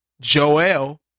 Joel